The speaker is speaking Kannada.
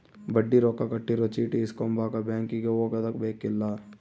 ಬಡ್ಡಿ ರೊಕ್ಕ ಕಟ್ಟಿರೊ ಚೀಟಿ ಇಸ್ಕೊಂಬಕ ಬ್ಯಾಂಕಿಗೆ ಹೊಗದುಬೆಕ್ಕಿಲ್ಲ